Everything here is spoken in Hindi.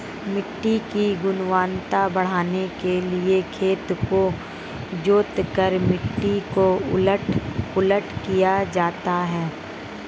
मिट्टी की गुणवत्ता बढ़ाने के लिए खेत को जोतकर मिट्टी को उलट पलट दिया जाता है